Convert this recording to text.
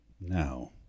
now